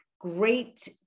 great